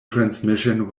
transmission